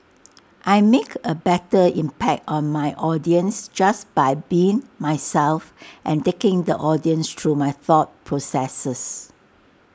I make A better impact on my audience just by being myself and taking the audience through my thought processes